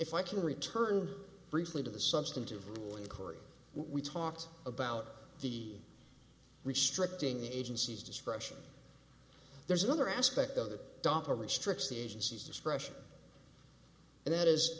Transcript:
if i can return briefly to the substantive ruling corey we talked about the restricting the agency's discretion there's another aspect of the darpa restricts the agency's discretion and that is